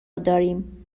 داریم